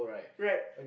right